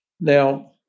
Now